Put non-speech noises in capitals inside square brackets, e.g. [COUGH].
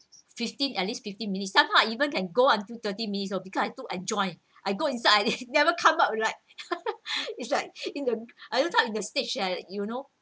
fifteen at least fifteen minutes somehow I even can go until thirty minutes oh because I took I join I go inside I never come up with like [LAUGHS] it's like in the I don't talk in the stage you know